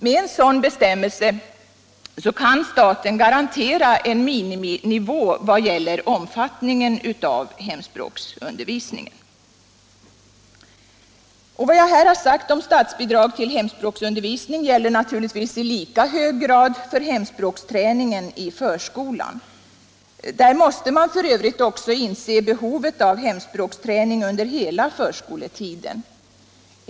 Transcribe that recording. Med en sådan bestämmelse kan staten garantera en miniminivå vad gäller omfattningen av hemspråksundervisningen. Vad jag här har sagt om statsbidrag till hemspråksundervisning gäller naturligtvis i lika hög grad för hemspråksträningen i förskolan. Där måste man f.ö. också inse behovet av hemspråksträning under hela förskoletiden.